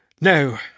No